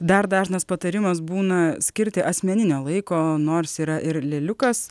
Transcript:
dar dažnas patarimas būna skirti asmeninio laiko nors yra ir lėliukas